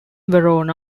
verona